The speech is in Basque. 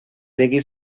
ireki